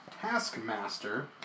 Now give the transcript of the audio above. Taskmaster